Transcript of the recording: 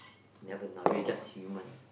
never know we just human